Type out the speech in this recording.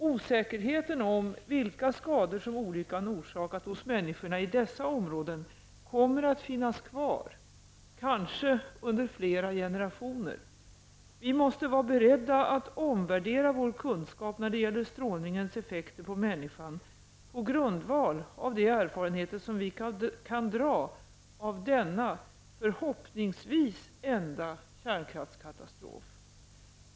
Osäkerheten om vilka skador som olyckan orsakats hos människorna i dessa områden kommer att finnas kvar, kanske under flera generationer. Vi måste vara beredda att omvärdera vår kunskap när det gäller strålningens effekter på människan på grundval av de erfarenheter som vi kan dra av denna, förhoppningsvis enda, kärnkraftskatastrof.